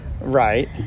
Right